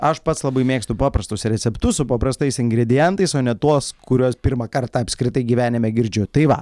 aš pats labai mėgstu paprastus receptus su paprastais ingredientais o ne tuos kuriuos pirmą kartą apskritai gyvenime girdžiu tai va